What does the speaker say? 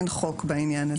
אין היום חוק בעניין הזה.